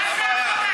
אדוני השר,